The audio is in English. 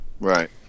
Right